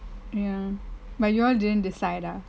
ya but you all didn't decide ah